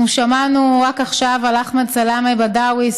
אנחנו שמענו רק עכשיו על אחמד סלאמה בדאוי,